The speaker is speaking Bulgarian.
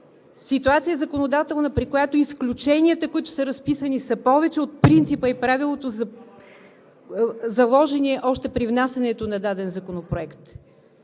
ситуация, при която изключенията, които са разписани, са повече от принципа и правилото, заложени още при внасянето на даден законопроект.